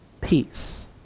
peace